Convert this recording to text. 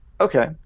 Okay